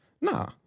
Nah